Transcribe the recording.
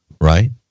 right